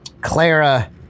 Clara